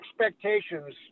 expectations